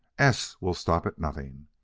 s will stop at nothing.